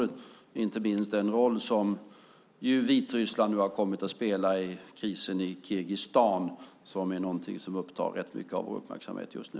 Det gäller inte minst den roll som Vitryssland nu har kommit att spela i krisen i Kirgizistan, som är någonting som upptar rätt mycket av vår uppmärksamhet just nu.